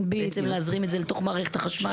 בעצם להזרים את זה לתוך מערכת החשמל,